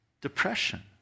depression